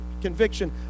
conviction